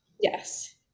Yes